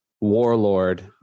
warlord